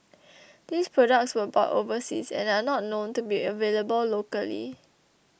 these products were bought overseas and are not known to be available locally